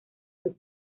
sus